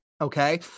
Okay